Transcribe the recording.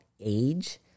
age